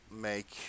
make